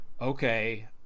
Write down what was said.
Okay